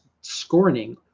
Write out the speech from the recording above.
scorning